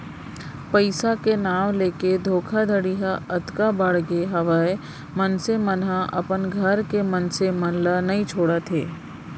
पइसा के नांव लेके धोखाघड़ी ह अतका बड़गे हावय मनसे मन ह अपन घर के मनसे मन ल नइ छोड़त हे